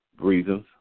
reasons